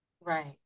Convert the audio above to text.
Right